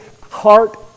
heart